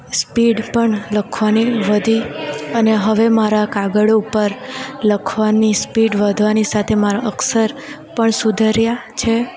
speed પણ લખવાની વધી અને હવે મારા કાગળો પર લખવાની સ્પીડ વધવાની સાથે મારા અક્ષર પણ સુધર્યાં છે